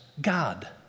God